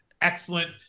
excellent